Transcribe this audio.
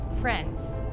friends